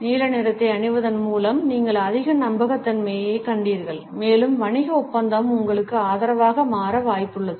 நீல நிறத்தை அணிவதன் மூலம் நீங்கள் அதிக நம்பகத்தன்மையைக் கண்டீர்கள் மேலும் வணிக ஒப்பந்தம் உங்களுக்கு ஆதரவாக மாற வாய்ப்புள்ளது